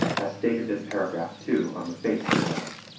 as stated in paragraph two on the face hereof.